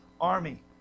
army